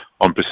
on